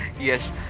Yes